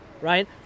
right